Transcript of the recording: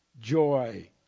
joy